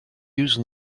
use